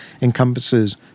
encompasses